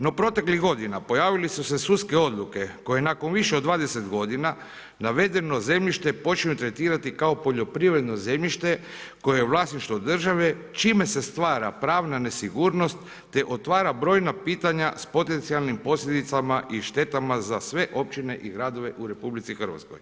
No proteklih godina pojavili su se sudske odluke koje nakon više od 20 godina navedeno zemljište počelo tretirati kao poljoprivredno zemljište koje je vlasništvo države čime se stvara pravna nesigurnost te otvara brojna pitanja s potencijalnim posljedicama i štetama za sve općine i gradove u RH.